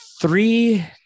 three